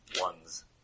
ones